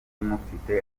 mufite